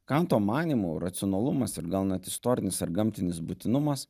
kanto manymu racionalumas ir gal net istorinis ar gamtinis būtinumas